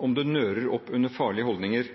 om det nører opp under farlige holdninger.